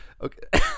Okay